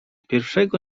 pierwszego